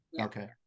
Okay